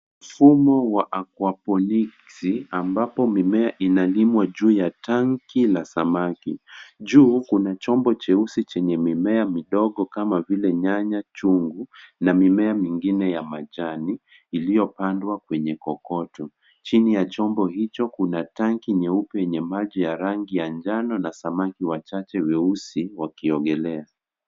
Mfumo wa akwaponiksi ambapo mimea inalimwa juu ya tanki la samaki. Juu kuna chombo cheusi chenye mimea midogo kama vile nyama chungu na mimea mingine ya majani iliyopandwa kwenye kokoto. Chini ya chombo hicho kuna tanki nyeupe yenye maji ya rangi ya njano na samaki wachache weusi wakiogelea.